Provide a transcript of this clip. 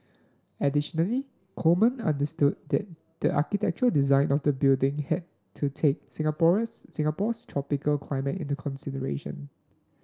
additionally Coleman understood that the architectural design of the building had to take Singaporeans Singapore's tropical climate into consideration